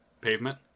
pavement